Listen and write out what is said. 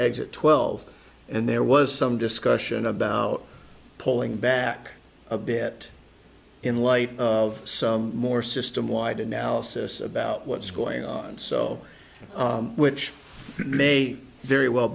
exit twelve and there was some discussion about pulling back a bit in light of some more system wide analysis about what's going on so which may very well